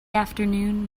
afternoon